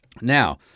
Now